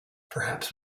perhaps